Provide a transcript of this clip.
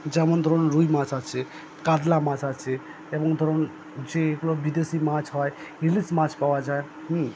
যেমন ধরুন রুই মাছ আছে কাতলা মাছ আছে এবং ধরুন যেগুলো বিদেশি মাছ হয় ইলিশ মাছ পাওয়া যায়